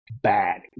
bad